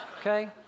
Okay